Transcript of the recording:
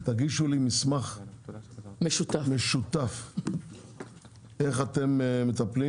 תגישו לי מסמך משותף איך אתם מטפלים